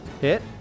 Hit